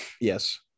Yes